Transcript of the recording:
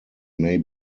may